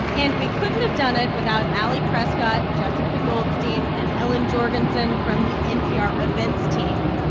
and we couldn't have done it without ali prescott, jessica goldstein and ellen jorgensen from the npr events team